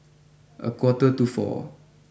a quarter to four